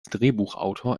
drehbuchautor